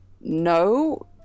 no